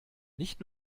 nicht